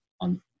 on